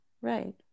Right